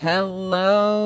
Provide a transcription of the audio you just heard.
Hello